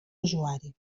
usuari